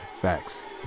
Facts